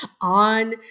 on